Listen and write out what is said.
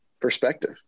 perspective